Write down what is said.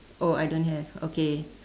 oh I don't have okay